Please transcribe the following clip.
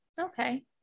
okay